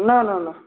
न न न